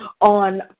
on